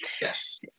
Yes